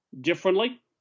differently